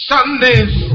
Sunday's